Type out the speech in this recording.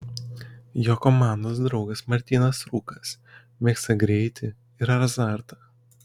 jo komandos draugas martynas rūkas mėgsta greitį ir azartą